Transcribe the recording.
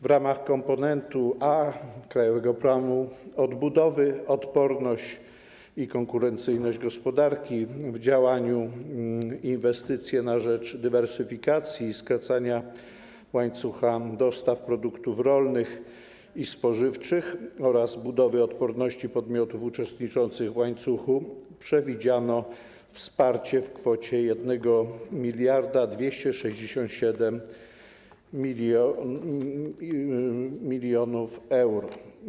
W ramach komponentu A Krajowego Planu Odbudowy „Odporność i konkurencyjność gospodarki” na działanie: Inwestycje na rzecz dywersyfikacji i skracania łańcucha dostaw produktów rolnych i spożywczych oraz budowy odporności podmiotów uczestniczących w łańcuchu przewidziano wsparcie w kwocie 1267 mln euro.